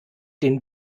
den